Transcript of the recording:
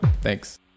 Thanks